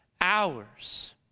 hours